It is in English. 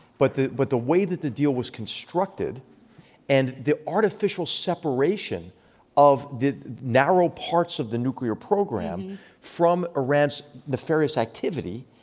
but the but the way that the deal was constructed and the artificial separation of narrow parts of the nuclear program from iran's nefarious activity.